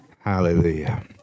Hallelujah